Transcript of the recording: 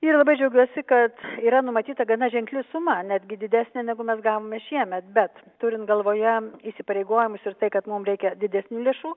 ir labai džiaugiuosi kad yra numatyta gana ženkli suma netgi didesnė negu mes gavome šiemet bet turint galvoje įsipareigojimus ir tai kad mum reikia didesnių lėšų